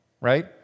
right